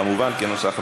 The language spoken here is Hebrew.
כמובן כנוסח הוועדה.